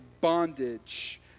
bondage